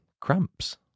cramps